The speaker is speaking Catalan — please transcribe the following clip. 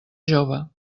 jove